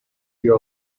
you